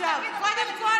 קודם כול,